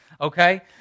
Okay